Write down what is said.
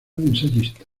ensayista